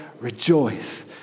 rejoice